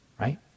right